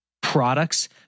products